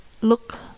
look